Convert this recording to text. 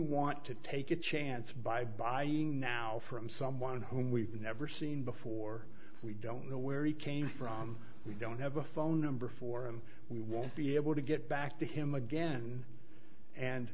want to take a chance by buying now from someone whom we've never seen before we don't know where he came from we don't have a phone number for him we won't be able to get back to him again and